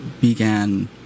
began